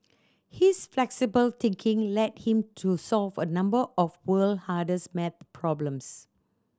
his flexible thinking led him to solve a number of the world hardest maths problems